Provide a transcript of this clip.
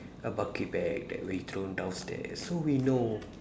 about keypad that we throw downstairs so we know